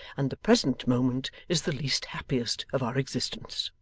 and the present moment is the least happiest of our existence